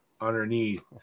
underneath